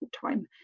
time